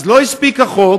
אז לא הספיק החוק,